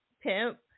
Pimp